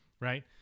right